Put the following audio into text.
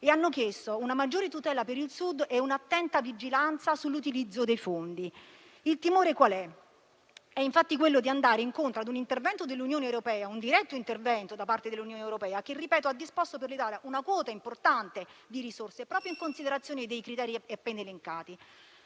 europea chiedendo una maggiore tutela per il Sud e un'attenta vigilanza sull'utilizzo dei fondi. Il timore è infatti quello di andare incontro a un diretto intervento dell'Unione europea che, lo ripeto, ha disposto per l'Italia una quota importante di risorse, proprio in considerazione dei criteri appena elencati.